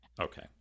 Okay